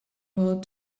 road